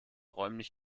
räumlich